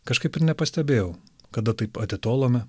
kažkaip ir nepastebėjau kada taip atitolome